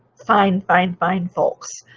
fine, fine, fine folks.